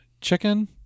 chicken